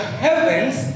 heavens